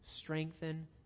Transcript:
strengthen